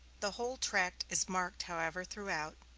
the whole tract is marked, however, throughout,